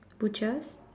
butchers